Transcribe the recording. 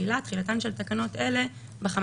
תחילה 2. תחילתן של תקנות אלה ב-15